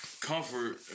comfort